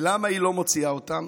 למה היא לא מוציאה אותם?